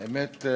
האמת,